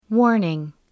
Warning